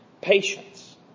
patience